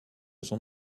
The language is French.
son